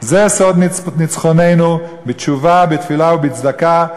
זה סוד ניצחוננו, בתשובה, בתפילה ובצדקה.